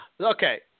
okay